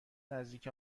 نزدیک